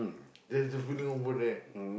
there's the funeral over there